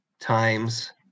times